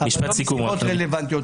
אבל לא סיבות רלוונטיות.